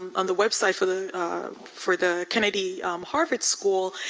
on the website for the for the kennedy harvard school,